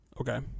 Okay